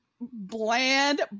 bland